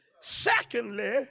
Secondly